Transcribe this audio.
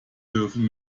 dürfen